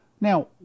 Now